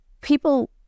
people